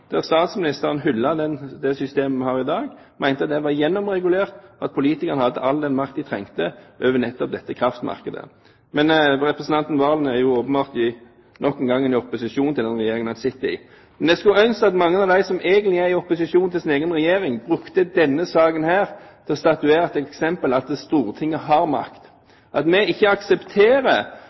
der statsministeren hyllet det systemet vi har i dag, mente det var gjennomregulert og at politikerne hadde all den makt de trengte over nettopp dette kraftmarkedet. Men representanten Serigstad Valen er jo åpenbart noen ganger i opposisjon til den regjeringen som sitter. Jeg skulle ønske at mange av dem som egentlig er i opposisjon til sin egen regjering, brukte denne saken til å statuere et eksempel på at Stortinget har makt, at vi ikke aksepterer